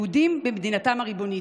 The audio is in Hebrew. יהודים במדינתם הריבונית.